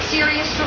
Serious